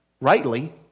rightly